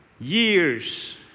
years